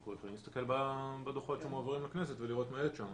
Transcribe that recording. אנחנו יכולים להסתכל בדוחות שמועברים לכנסת ולראות מה יש שם.